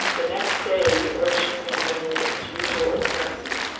the next day the ocean resumed its usual appearance.